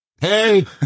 hey